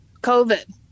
COVID